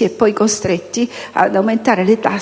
è poi costretti ad aumentare le tasse